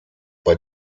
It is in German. bei